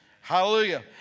Hallelujah